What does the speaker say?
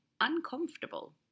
uncomfortable